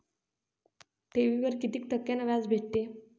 ठेवीवर कितीक टक्क्यान व्याज भेटते?